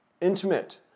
intimate